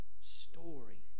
story